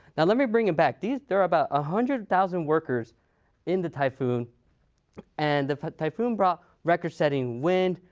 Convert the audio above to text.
now let me bring it back these there are about a hundred thousand workers in the typhoon and the typhoon brought record-setting wind,